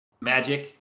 Magic